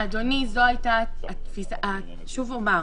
אדוני, שוב אומר,